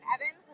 Evan